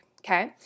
okay